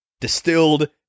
distilled